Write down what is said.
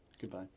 Goodbye